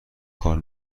کار